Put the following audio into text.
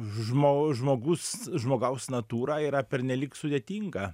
žmo žmogus žmogaus natūra yra pernelyg sudėtinga